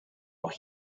auch